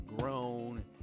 grown